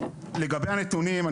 לגבי הנתונים,